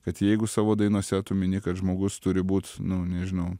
kad jeigu savo dainose tu mini kad žmogus turi būt nu nežinau